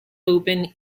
open